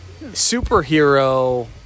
Superhero